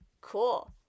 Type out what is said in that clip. Cool